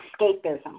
escapism